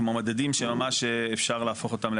מדדים שממש אפשר להפוך אותם,